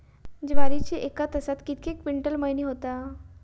ज्वारीची एका तासात कितके क्विंटल मळणी होता?